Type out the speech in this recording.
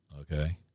Okay